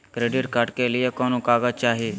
Credit card के लिए कौन कागज चाही?